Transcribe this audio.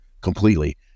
completely